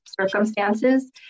circumstances